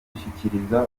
gushyikiriza